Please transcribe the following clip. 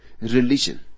religion